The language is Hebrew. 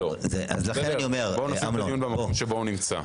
אז בואו נשים את הדיון במקום שבו הוא נמצא.